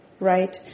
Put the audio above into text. right